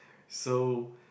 so